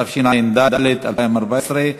התשע"ד 2014,